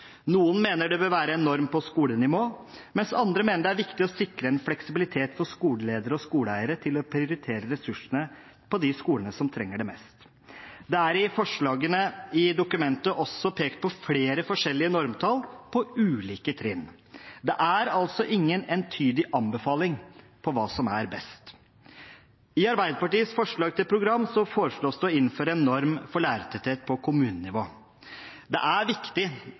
Noen mener det bør være en norm på skolenivå, mens andre mener det er viktig å sikre en fleksibilitet for skoleledere og skoleeiere til å prioritere ressursene på de skolene som trenger det mest. Det er i forslagene i dokumentet også pekt på flere forskjellige normtall på ulike trinn. Det er altså ingen entydig anbefaling om hva som er best. I Arbeiderpartiets forslag til program foreslås det å innføre en norm for lærertetthet på kommunenivå. Det er viktig